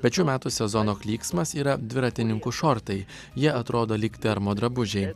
bet šių metų sezono klyksmas yra dviratininkų šortai jie atrodo lyg termo drabužiai